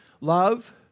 love